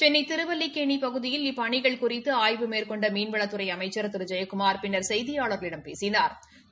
சென்னை திருவல்லிக்கேணி பகுதியில் இப்பணிகள் குறித்து ஆய்வு மேற்கொண்ட மீன்வளத்துறை அமைச்சா திரு ஜெயக்குமாா் பின்னா் செய்தியாளா்களிடம் பேசினாா்